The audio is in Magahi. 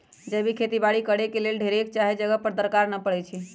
जैविक खेती बाड़ी करेके लेल ढेरेक जगह के दरकार न पड़इ छइ